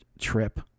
trip